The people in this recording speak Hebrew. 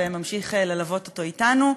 וממשיך ללוות אותו אתנו.